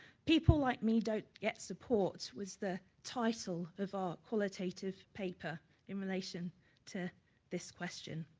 people like me don't get support was the title of our qualitative paper in relation to this question.